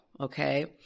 okay